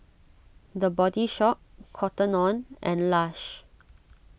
the Body Shop Cotton on and Lush